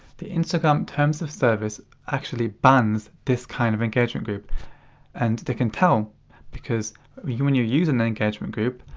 the instagram terms of service actually bans this kind of engagement group and they can tell because when you're using an engagement group,